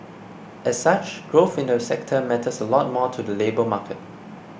as such growth in the sector matters a lot more to the labour market